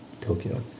Tokyo